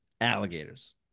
Alligators